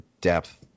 depth